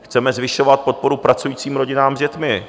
Chceme zvyšovat podporu pracujícím rodinám s dětmi.